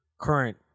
current